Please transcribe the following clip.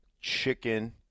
chicken